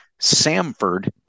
Samford